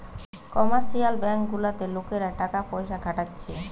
commercial bank গুলাতে লোকরা টাকা পয়সা খাটাচ্ছে